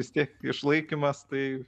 vis tiek išlaikymas tai